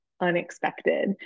unexpected